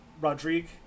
rodrigue